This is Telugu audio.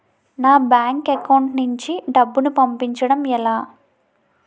నా బ్యాంక్ అకౌంట్ నుంచి డబ్బును పంపించడం ఎలా?